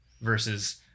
versus